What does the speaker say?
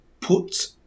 put